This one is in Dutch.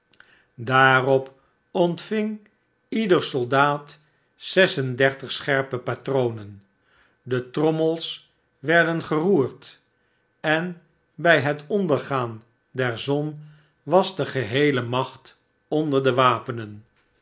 daarop ontving ieder soldaat zes en dertig scherpe patronen de trommels werden geroerd en bij het ondergaan der zon was de geheele macht onder de wapenen